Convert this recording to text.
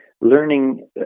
learning